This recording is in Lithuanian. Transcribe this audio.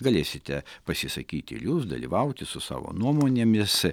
galėsite pasisakyti ir jūs dalyvauti su savo nuomonėmis